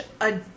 a-